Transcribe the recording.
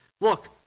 Look